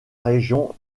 région